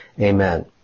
amen